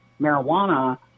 marijuana